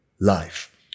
life